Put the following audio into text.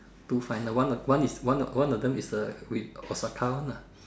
two final one of one is one of one of them is with Osaka one lah